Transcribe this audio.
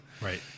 right